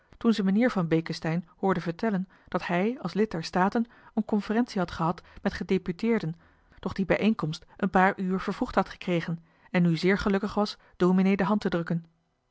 toen ze meneer van beeckesteyn hoorde vertellen dat hij als lid der staten een conferentie had gehad met gedeputeerden doch die bijeenkomst een paar uur vervroegd had gekregen en nu zeer gelukkig was dominee de hand te drukken